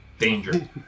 Danger